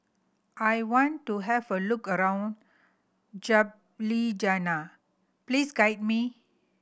I want to have a look around Ljubljana please guide me